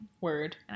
Word